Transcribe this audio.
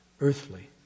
earthly